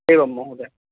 एवं महोदय